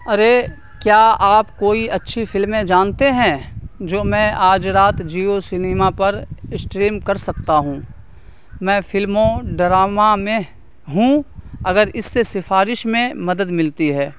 ارے کیا آپ کوئی اچھی فلمیں جانتے ہیں جو میں آج رات جیو سنیما پر اسٹریم کر سکتا ہوں میں فلموں ڈرامہ میں ہوں اگر اس سے سفارش میں مدد ملتی ہے